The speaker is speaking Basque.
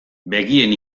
begien